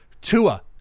Tua